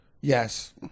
yes